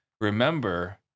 remember